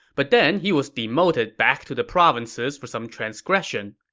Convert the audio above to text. but then he was demoted back to the provinces for some transgression.